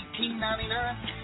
$18.99